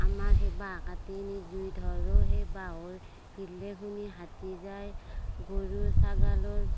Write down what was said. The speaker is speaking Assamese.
আমাৰ সেই বাহ কাটি নি জুই ধৰোঁ সেই বাহৰ হিলৈ শুনি হাতী যায় গৰু ছাগালৰ